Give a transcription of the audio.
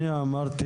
אני אמרתי